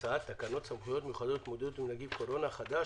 הצעת תקנות סמכויות מיחדות להתמודדות עם נגיף הקורונה החדש